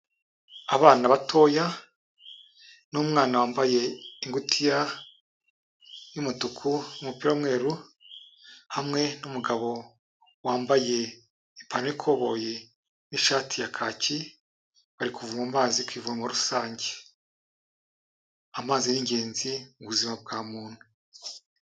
Abana batoya n'umwana wambaye ingutiya y'umutuku, umupira w'umweru hamwe n'umugabo wambaye ipantaro y'ikoboye n'ishati ya kaki, bari kuvoma amazi ku ivomo rusange. Amazi ni ingenzi mu buzima bwa muntu.